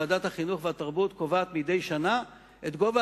ועדת החינוך והתרבות קובעת מדי שנה את גובה